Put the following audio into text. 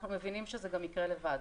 אנחנו מבינים שזה גם יקרה לבד,